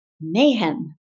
mayhem